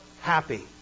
happy